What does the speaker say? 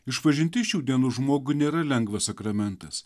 išpažinti šių dienų žmogui nėra lengva sakramentas